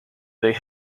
they